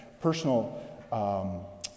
personal